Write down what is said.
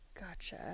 gotcha